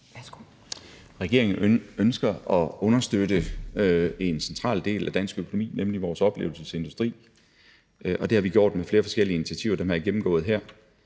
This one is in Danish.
Bødskov): Regeringen ønsker at understøtte en central del af dansk økonomi, nemlig vores oplevelsesindustri. Det har vi gjort med flere forskellige initiativer, og dem har jeg gennemgået her.